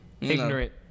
ignorant